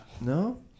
No